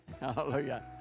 Hallelujah